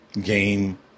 game